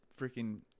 freaking